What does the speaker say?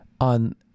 on